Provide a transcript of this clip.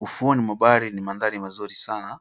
Ufuoni mwa bahari ni mandhari mazuri sana.